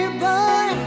boy